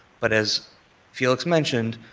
but as felix mentioned,